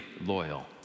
loyal